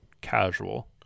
casual